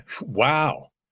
Wow